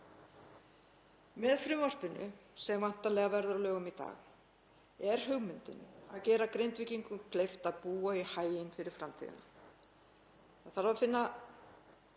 Með frumvarpinu sem væntanlega verður að lögum í dag er hugmyndin að gera Grindvíkingum kleift að búa í haginn fyrir framtíðina. Það þarf að finna